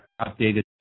updated